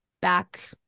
back